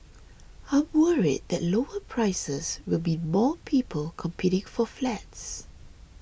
I'm worried that lower prices will mean more people competing for flats